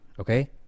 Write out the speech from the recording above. okay